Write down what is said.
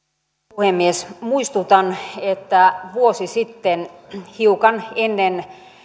puhemies muistutan että vuosi sitten hiukan ennen